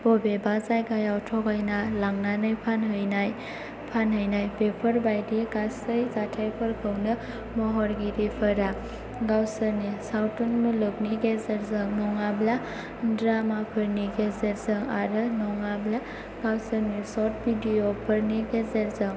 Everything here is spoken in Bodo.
बबेबा जायगायाव थगायना लांनानै फानहैनाय बेफोरबायदि गासै जाथायफोरखौनो महरगिरिफोरा गावसोरनि सावथुन मुलुगनि गेजेरजों नङाब्ला ड्रामाफोरनि गेजेरजों आरो नङाब्ला गावसोरनि शर्ट भिडिय'फोरनि गेजेरजों